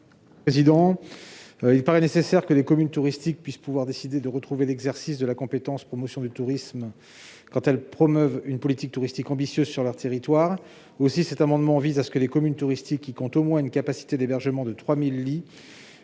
n° 815 rectifié. Il paraît nécessaire que les communes touristiques puissent décider de retrouver l'exercice de la compétence « promotion du tourisme » quand elles promeuvent une politique touristique ambitieuse sur leur territoire. Aussi, cet amendement vise à permettre aux communes touristiques comptant une capacité d'hébergement d'au moins